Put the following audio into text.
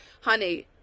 honey